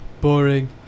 Boring